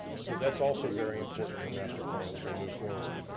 so that's also very important in the master plan as we move forward.